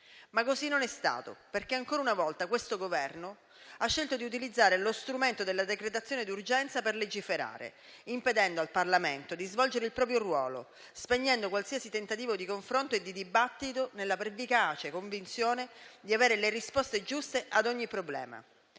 però non è stato, perché ancora una volta il Governo ha scelto di utilizzare lo strumento della decretazione d'urgenza per legiferare, impedendo al Parlamento di svolgere il proprio ruolo e spegnendo qualsiasi tentativo di confronto e di dibattito nella pervicace convinzione di avere le risposte giuste ad ogni problema.